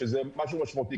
שזה משהו משמעותי.